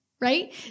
right